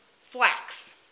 flax